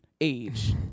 Age